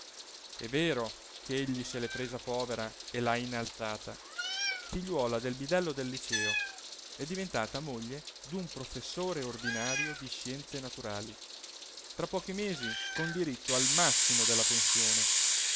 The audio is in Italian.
è vero che egli se l'è presa povera e l'ha inalzata figliuola del bidello del liceo è diventata moglie d'un professore ordinario di scienze naturali tra pochi mesi con diritto al massimo della pensione